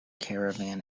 caravan